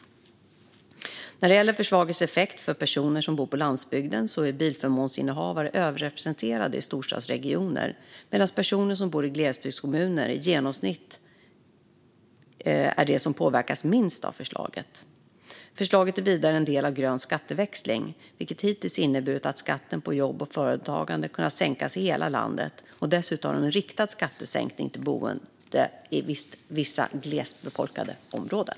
När det gäller förslagets effekter för personer som bor på landsbygden är bilförmånsinnehavare överrepresenterade i storstadsregioner medan personer som bor i landsbygdskommuner i genomsnitt är de som påverkas minst av förslaget. Förslaget är vidare en del av en grön skatteväxling, vilken hittills inneburit att skatten på jobb och företagande kunnat sänkas i hela landet och dessutom genom en riktad skattesänkning för boende i vissa glest befolkade områden.